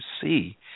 see